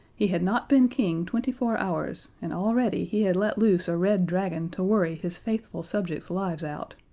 he had not been king twenty-four hours, and already he had let loose a red dragon to worry his faithful subjects' lives out.